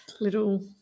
little